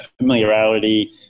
familiarity